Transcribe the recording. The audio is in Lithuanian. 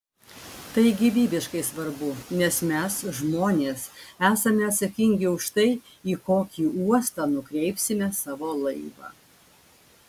tai gyvybiškai svarbu nes mes žmonės esame atsakingi už tai į kokį uostą nukreipsime savo laivą